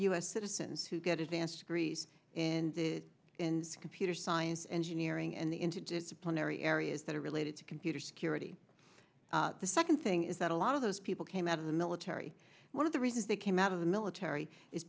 s citizens who get advanced degrees and in computer science engineering and the into disciplinary areas that are related to computer security the second thing is that a lot of those people came out of the military one of the reasons they came out of the military is